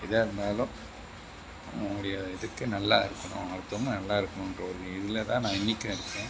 எதாக இருந்தாலும் அவர்களுடைய இதுக்கு நல்லாயிருக்கணும் மற்றவங்க நல்லாயிருக்கணுன்ற ஒரு இதில் தான் நான் இன்னிக்கும் இருக்கேன்